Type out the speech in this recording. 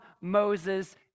Moses